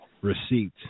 receipt